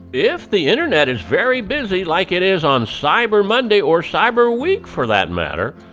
if the internet is very busy, like it is on cyber monday, or cyber week for that matter,